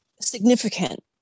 significant